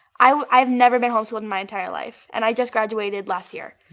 i've never been home-schooled in my entire life, and i just graduated last year.